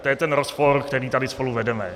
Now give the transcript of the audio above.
To je ten rozpor, který tady spolu vedeme.